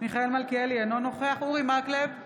מיכאל מלכיאלי, אינו נוכח אורי מקלב,